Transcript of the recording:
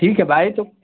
ठीक है भाई तो